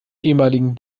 ehemaligen